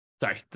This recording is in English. sorry